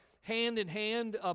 hand-in-hand